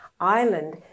island